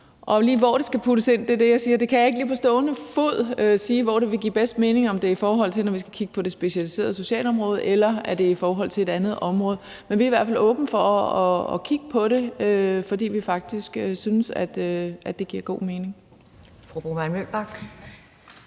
og hvor det ville give bedst mening, og det er det, jeg siger, kan jeg ikke på stående fod sige – om det er, i forhold til når vi skal kigge på det specialiserede socialområde, eller om det er i forhold til et andet område. Men vi er i hvert fald åbne for at kigge på det, fordi vi faktisk synes, at det giver god mening.